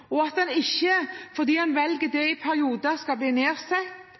og at en ikke – fordi en velger det i perioder – skal bli